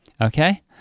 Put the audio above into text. Okay